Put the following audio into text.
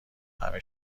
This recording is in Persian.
همه